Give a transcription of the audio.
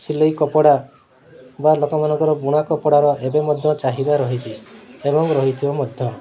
ସିଲେଇ କପଡ଼ା ବା ଲୋକମାନଙ୍କର ବୁଣା କପଡ଼ାର ଏବେ ମଧ୍ୟ ଚାହିଦା ରହିଛି ଏବଂ ରହିଥିବ ମଧ୍ୟ